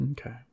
Okay